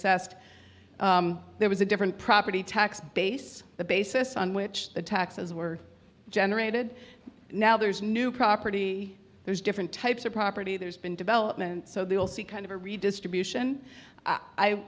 d there was a different property tax base the basis on which the taxes were generated now there's new property there's different types of property there's been development so they will see kind of a redistribution i